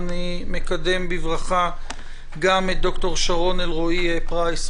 אני מקדם בברכה גם את ד"ר שרון אלרעי פרייס,